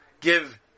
give